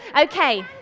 Okay